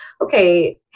okay